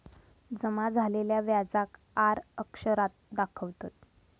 जमा झालेल्या व्याजाक आर अक्षरात दाखवतत